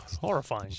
horrifying